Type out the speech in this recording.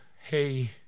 hey